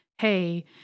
hey